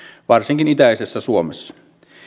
varsinkin itäisessä suomessa